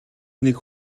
нэг